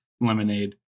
lemonade